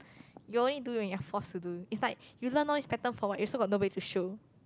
you only do when you're forced to do is like you learn all this pattern for what you also got nobody to show